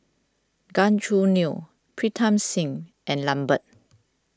Gan Choo Neo Pritam Singh and Lambert